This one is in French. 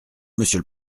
monsieur